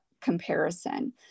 comparison